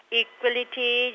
equality